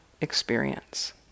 experience